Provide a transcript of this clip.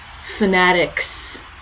fanatics